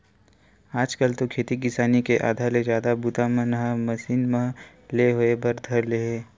आज कल तो खेती किसानी के आधा ले जादा बूता मन ह मसीन मन ले होय बर धर ले हे